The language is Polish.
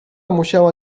musiała